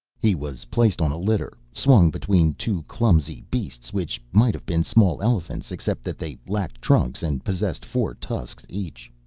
he was placed on a litter swung between two clumsy beasts which might have been small elephants, except that they lacked trunks and possessed four tusks each.